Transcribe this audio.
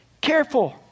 careful